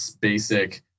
Basic